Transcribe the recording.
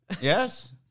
Yes